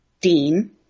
Dean